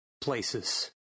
places